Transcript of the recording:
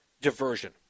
diversion